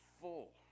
full